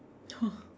oh